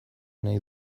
nahi